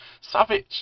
Savage